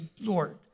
Lord